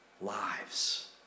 lives